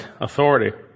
authority